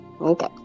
Okay